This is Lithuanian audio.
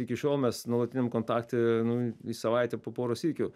iki šiol mes nuolatiniam kontakte nu į savaitę po porą sykių